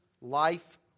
life